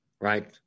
right